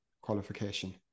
qualification